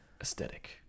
Aesthetic